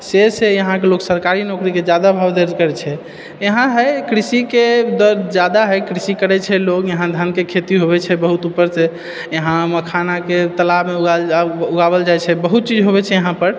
से से इहाँके लोक सरकारी नौकरीके जादा भाव दर्ज करै छै इहाँ हय कृषिके दर जादा हइ कृषि करै छै लोक इहाँ धानके खेती होवे छै बहुत ऊपरसे इहाँ मखानाके तलाबमे उगाएल आउ उगाबल जाइत छै बहुत चीज होइत छै इहाँ पर